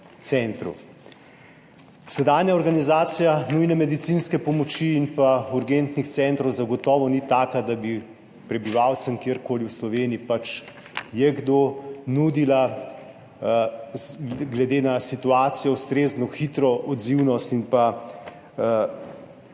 centru. Sedanja organizacija nujne medicinske pomoči in pa urgentnih centrov zagotovo ni taka, da bi prebivalcem, kjerkoli v Sloveniji pač je kdo, nudila glede na situacijo ustrezno hitro odzivnost in pa